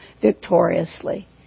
victoriously